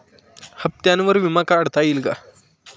हप्त्यांवर विमा काढता येईल का?